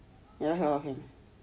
ya like what thing